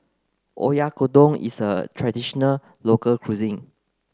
Oyakodon is a traditional local cuisine